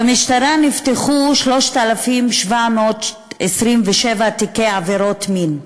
במשטרה נפתחו 3,727 תיקי עבירות מין.